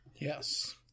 Yes